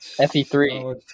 FE3